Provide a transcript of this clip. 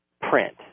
print